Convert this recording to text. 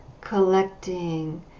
collecting